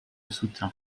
soutint